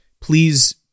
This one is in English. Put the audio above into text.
please